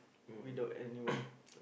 without anyone